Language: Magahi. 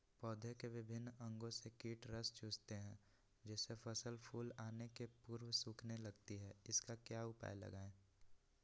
पौधे के विभिन्न अंगों से कीट रस चूसते हैं जिससे फसल फूल आने के पूर्व सूखने लगती है इसका क्या उपाय लगाएं?